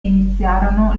iniziarono